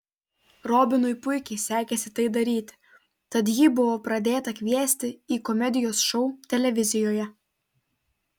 robinui puikiai sekėsi tai daryti tad jį buvo pradėta kviesti į komedijos šou televizijoje